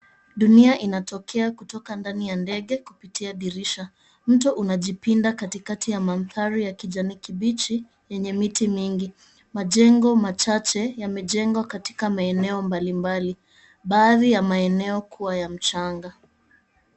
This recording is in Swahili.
Dunia inatokea kutoka ndani ya ndege kupitia dirisha. Mto unajipinda katikati ya maanthari ya kijani kibichi yenye miti mingi. Majengo machache yamejengwa katika maeneo mbalimbali. Baadhi ya maeneo kuwa ya mchanga.